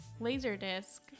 Laserdisc